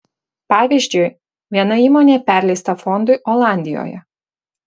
pavyzdžiui viena įmonė perleista fondui olandijoje